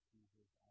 Jesus